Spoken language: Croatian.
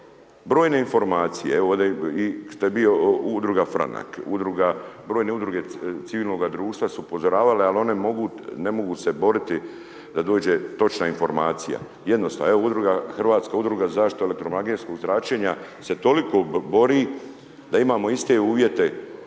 Brojne informacije, evo ovdje, što je bio Udruga Franak, Udruga, brojne Udruge civilnoga društva su upozoravale, al one mogu, ne mogu se boriti da dođe točna informacija. Jednostavno, evo, Udruga, Hrvatska udruga za zaštitu elektromagnetskog zračenja se toliko bori da imamo iste uvjete